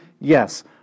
Yes